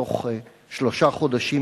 בתוך שלושה חודשים,